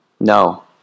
No